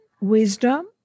wisdom